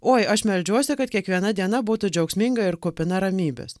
oi aš meldžiuosi kad kiekviena diena būtų džiaugsminga ir kupina ramybės